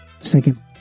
Second